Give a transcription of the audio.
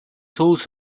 told